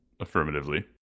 affirmatively